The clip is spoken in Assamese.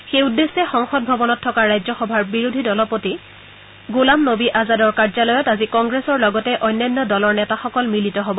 সেই উদ্দেশ্যে সংসদ ভৱনত থকা ৰাজ্যসভাৰ বিৰোধী দলপতি গোলাম নবী আজাদৰ কাৰ্য্যালয়ত আজি কংগ্ৰেছৰ লগতে অন্যান্য দলৰ নেতাসকল মিলিত হ'ব